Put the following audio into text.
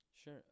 sure